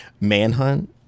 manhunt